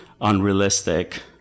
unrealistic